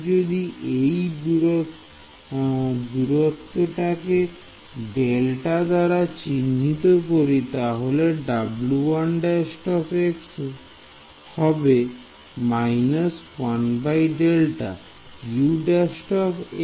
আমি যদি এই দূরত্বটা কে ডেল্টা দ্বারা চিহ্নিত করি তাহলে W1' হবে − 1Δ